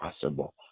possible